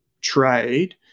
trade